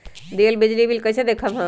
दियल बिजली बिल कइसे देखम हम?